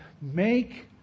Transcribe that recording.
make